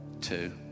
two